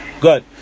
Good